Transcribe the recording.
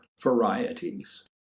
varieties